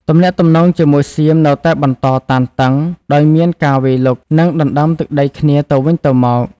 ទំនាក់ទំនងជាមួយសៀមនៅតែបន្តតានតឹង ដោយមានការវាយលុក និងដណ្តើមទឹកដីគ្នាទៅវិញទៅមក។